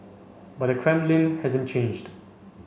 but the Kremlin hasn't changed